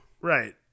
Right